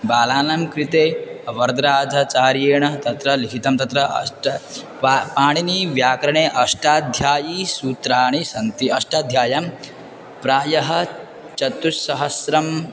बालानां कृते वरदराजाचार्येण तत्र लिखितं तत्र अष्ट पा पाणिनीव्याकरणे अष्टाध्यायीसूत्राणि सन्ति अष्टाध्यायां प्रायः चतुस्सहस्रम्